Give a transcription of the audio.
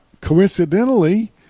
Coincidentally